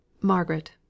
margaret